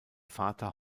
vater